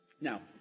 Now